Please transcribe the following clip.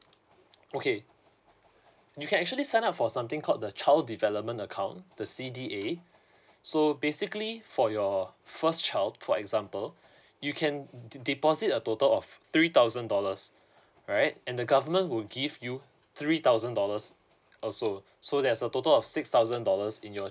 okay you can actually sign up for something called the child development account the C_D_A so basically for your first child for example you can deposit a total of three thousand dollars right and the government will give you three thousand dollars also so there's a total of six thousand dollars in your